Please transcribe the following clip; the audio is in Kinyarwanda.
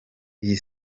iyi